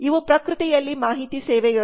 ಇವು ಪ್ರಕೃತಿಯಲ್ಲಿ ಮಾಹಿತಿ ಸೇವೆಗಳು